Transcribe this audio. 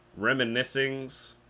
reminiscings